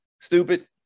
stupid